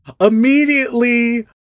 immediately